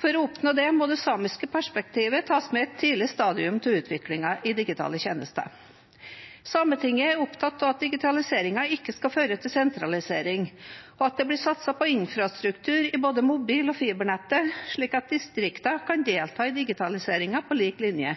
For å oppnå dette må det samiske perspektivet tas med i et tidlig stadium av utviklingen av digitale tjenester. Sametinget er opptatt av at digitaliseringen ikke skal føre til sentralisering, og at det blir satset på infrastruktur i både mobil- og fibernettet, slik at distriktene kan delta i digitaliseringen på lik linje.